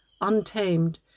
untamed